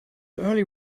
early